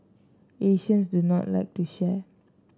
Asians do not like to share